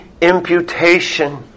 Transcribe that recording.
imputation